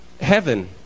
heaven